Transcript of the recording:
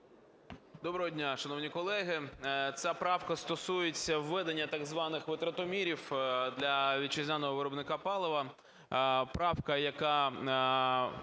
Доброго дня, шановні колеги! Ця правка стосується введення так званих витратомірів для вітчизняного виробника палива.